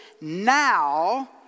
now